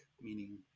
meaning